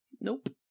Nope